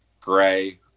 Gray